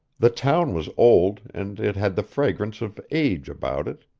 the town was old, and it had the fragrance of age about it.